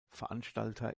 veranstalter